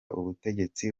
ubutegetsi